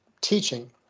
teaching